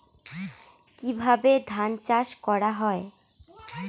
কিভাবে ধান চাষ করা হয়?